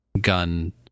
gun